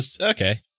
okay